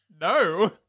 no